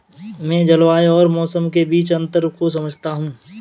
मैं जलवायु और मौसम के बीच अंतर को समझता हूं